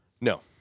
no